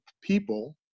people